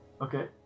Okay